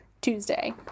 Tuesday